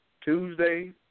Tuesday